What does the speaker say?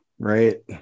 Right